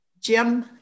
Jim